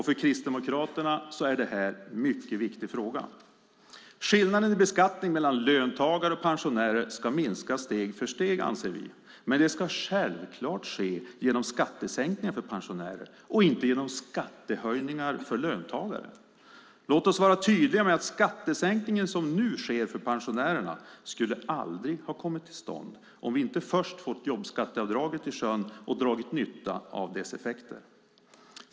För Kristdemokraterna är detta en mycket viktig fråga. Skillnaden i beskattning mellan löntagare och pensionärer ska minska steg för steg, anser vi. Men det ska självklart ske genom skattesänkningar för pensionärer och inte genom skattehöjningar för löntagare. Låt oss vara tydliga med att den skattesänkning som nu sker för pensionärerna aldrig skulle ha kommit till stånd om vi inte först hade fått jobbskatteavdraget i sjön och dragit nytta av dess effekter.